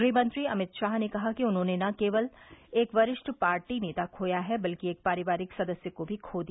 गृहमंत्री अमित शाह ने कहा कि उन्होंने न केवल एक वरिष्ठ पार्टी नेता खोया है बल्कि एक पारिवारिक सदस्य को भी खो दिया